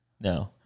No